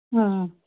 ꯑ